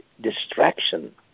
distraction